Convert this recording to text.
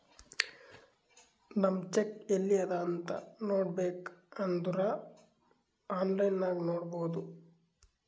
ನಮ್ ಚೆಕ್ ಎಲ್ಲಿ ಅದಾ ಅಂತ್ ನೋಡಬೇಕ್ ಅಂದುರ್ ಆನ್ಲೈನ್ ನಾಗ್ ನೋಡ್ಬೋದು